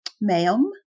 ma'am